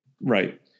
Right